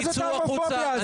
מה זאת ההומופוביה הזאת?